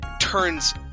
turns